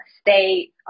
stay